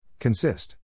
Consist